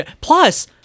plus